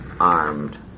armed